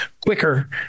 quicker